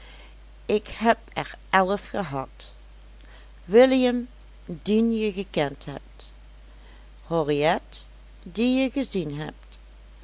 ik heb er elf gehad william dien je gekend hebt henriet die je gezien hebt